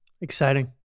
Exciting